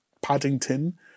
Paddington